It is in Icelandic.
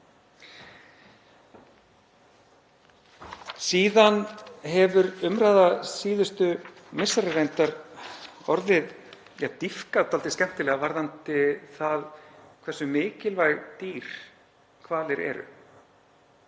Síðan hefur umræða síðustu misseri reyndar dýpkað dálítið skemmtilega varðandi það hversu mikilvæg dýr hvalir eru.